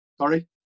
Sorry